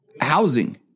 housing